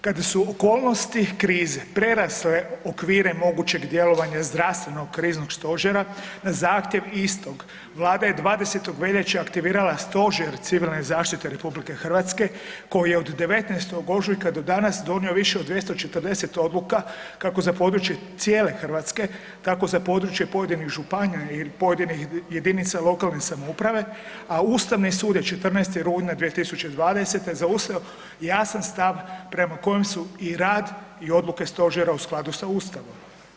Kada su okolnosti krize prerasle okvire mogućeg djelovanja zdravstvenog kriznog stožera, na zahtjev istog Vlada je 20. veljače aktivirala Stožer civilne zaštite RH koji je od 19. ožujka donio više od 240 odluka kako za područje Hrvatske, tako za područje pojedinih županija ili pojedinih jedinica lokalne samouprave, a Ustavni sud je 14. rujna 2020. zauzeo jasan stav prema kojem su i rad i odluke stožera u skladu sa Ustavom.